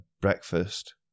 breakfast